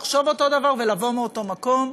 לחשוב אותו דבר ולבוא מאותו מקום.